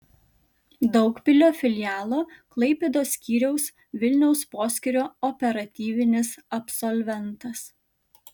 daugpilio filialo klaipėdos skyriaus vilniaus poskyrio operatyvinis absolventas